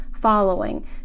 following